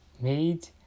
Made